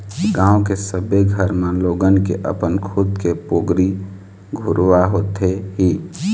गाँव के सबे घर म लोगन के अपन खुद के पोगरी घुरूवा होथे ही